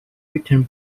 written